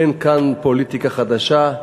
אין כאן פוליטיקה חדשה,